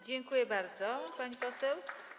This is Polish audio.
Dziękuję bardzo, pani poseł.